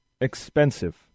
Expensive